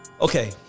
okay